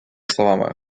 словами